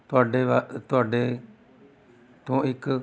ਤੁਹਾਡੇ ਵੱ ਤੁਹਾਡੇ ਤੋਂ ਇੱਕ